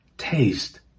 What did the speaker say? taste